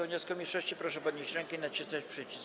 wniosku mniejszości, proszę podnieść rękę i nacisnąć przycisk.